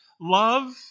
Love